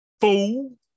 Fool